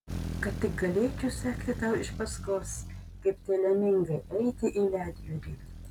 kad tik galėčiau sekti tau iš paskos kaip tie lemingai eiti į ledjūrį